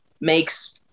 makes